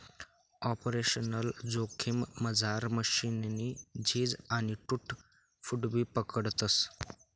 operational जोखिममझार मशीननी झीज आणि टूट फूटबी पकडतस